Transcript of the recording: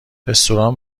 رستوران